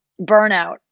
burnout